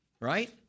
right